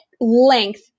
length